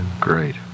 Great